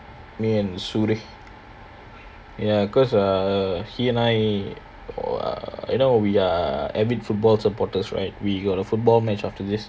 me and shulli ya cause err he and I are you know we are avid football supporters right we got a football match after this